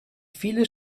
viele